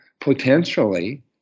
potentially